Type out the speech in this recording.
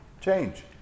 change